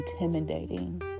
intimidating